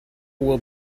will